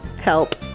help